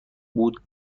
بود